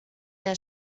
der